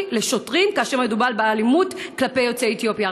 כאשר מדובר באלימות כלפי יוצאי אתיופיה.